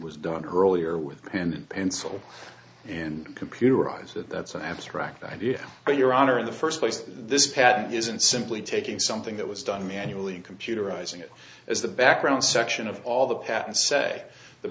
was done earlier with and pencil and computerized that that's an abstract idea or your honor in the first place this patent isn't simply taking something that was done manually computerizing it is the background section of all the patents say the